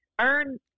earn